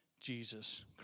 Jesus